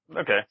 Okay